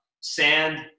sand